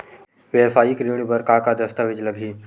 वेवसायिक ऋण बर का का दस्तावेज लगही?